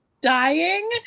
dying